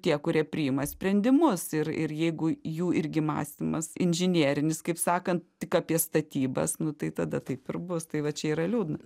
tie kurie priima sprendimus ir ir jeigu jų irgi mąstymas inžinerinis kaip sakan tik apie statybas nu tai tada taip ir bus tai va čia yra liūdna